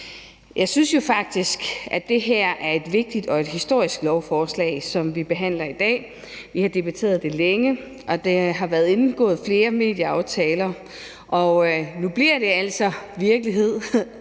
Jeg synes jo faktisk, at det her er et vigtigt og historisk lovforslag, vi behandler i dag. Vi har debatteret det længe, og der har været indgået flere medieaftaler. Nu bliver det altså virkelighed,